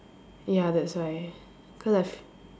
ya that's why cause I've